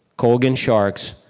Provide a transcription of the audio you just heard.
colegan sharks,